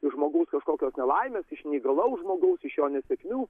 iš žmogus kažkokios nelaimės iš neįgalaus žmogaus iš jo nesėkmių